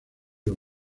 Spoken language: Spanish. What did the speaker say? los